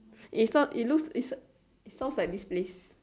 it's not it looks it's sounds like this place